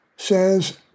says